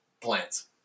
plants